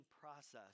process